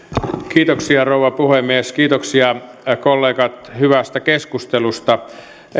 kiitoksia rouva puhemies kiitoksia kollegat hyvästä keskustelusta